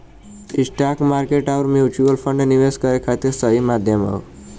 stock market आउर mutual fund निवेश करे खातिर सही माध्यम हौ